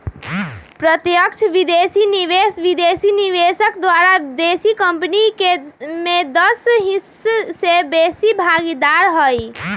प्रत्यक्ष विदेशी निवेश विदेशी निवेशक द्वारा देशी कंपनी में दस हिस्स से बेशी भागीदार हइ